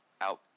out